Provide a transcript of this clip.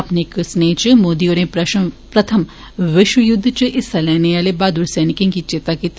अपने इक स्नेह् च मोदी होरें प्रथम विश्व युद्ध च हिस्सा लैने आहले बहादुर सैनिकें गी चेता कीता